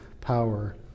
power